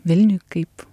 vilniui kaip